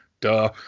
duh